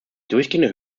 durchgehende